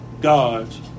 God's